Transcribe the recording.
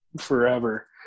forever